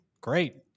Great